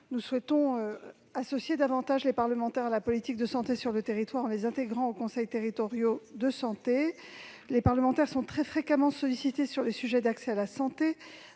Nous souhaitons associer davantage les parlementaires à la politique de santé sur le territoire, en les intégrant aux conseils territoriaux de santé. Les parlementaires sont très fréquemment sollicités sur les questions d'accès à la santé